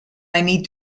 need